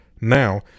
Now